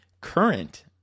current